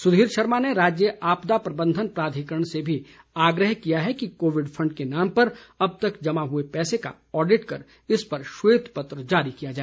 सुधीर शर्मा ने राज्य आपदा प्रबंधन प्राधिकरण से भी आग्रह किया है कि कोविड फंड के नाम पर अब तक जमा हुए पैसे का ऑडिट कर इस पर श्वेतपत्र जारी किया जाए